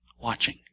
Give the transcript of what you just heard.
watching